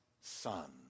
son